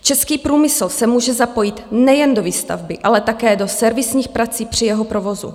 Český průmysl se může zapojit nejen do výstavby, ale také do servisních prací při jeho provozu.